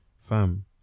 fam